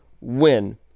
win